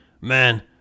Man